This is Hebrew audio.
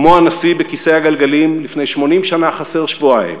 כמו הנשיא בכיסא הגלגלים לפני 80 שנה חסר שבועיים,